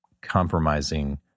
compromising